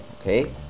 okay